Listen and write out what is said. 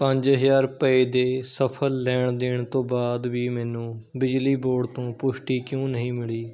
ਪੰਜ ਹਜ਼ਾਰ ਰੁਪਏ ਦੇ ਸਫ਼ਲ ਲੈਣ ਦੇਣ ਤੋਂ ਬਾਅਦ ਵੀ ਮੈਨੂੰ ਬਿਜਲੀ ਬੋਰਡ ਤੋਂ ਪੁਸ਼ਟੀ ਕਿਉਂ ਨਹੀਂ ਮਿਲੀ